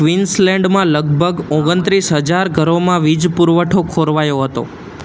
ક્વીન્સલેન્ડમાં લગભગ ઓગણત્રીસ હજાર ઘરોમાં વીજ પુરવઠો ખોરવાયો હતો